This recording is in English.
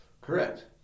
Correct